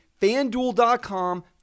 FanDuel.com